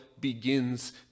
begins